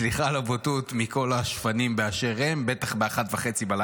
סליחה על הבוטות מכל השפנים באשר הם, בטח ב-01:30.